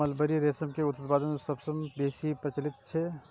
mulberry रेशम के उत्पादन सबसं बेसी प्रचलित छै